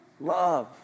love